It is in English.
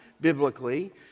biblically